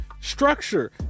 structure